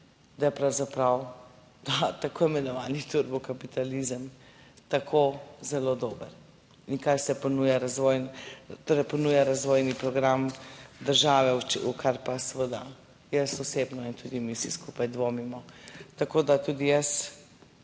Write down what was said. da je pravzaprav ta tako imenovani turbo kapitalizem tako zelo dober, in kaj vse ponuja razvoj, torej ponuja razvojni program države, v kar pa seveda jaz osebno in tudi mi vsi skupaj dvomimo. Tako, da tudi jaz